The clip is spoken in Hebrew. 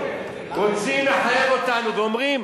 רוצים לחייב אותנו ואומרים,